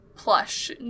Plush